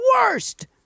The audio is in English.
worst